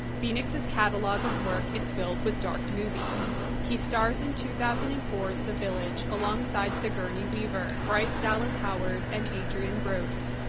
phoenix's catalogue of work is filled with dark movies. he stars in two thousand and four s the village alongside sigourney weaver, bryce dallas howard, and adrien brody.